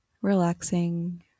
relaxing